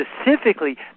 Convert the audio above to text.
specifically